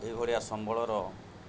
ଏହିଭଳିଆ ସମ୍ବଳର